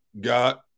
got